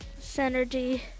synergy